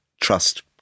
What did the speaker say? trust